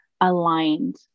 aligned